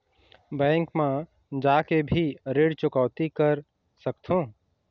Bank मा जाके भी ऋण चुकौती कर सकथों?